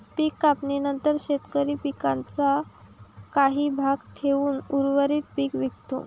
पीक काढणीनंतर शेतकरी पिकाचा काही भाग ठेवून उर्वरित पीक विकतो